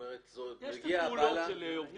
כשמגיעה מכולה,